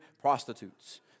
prostitutes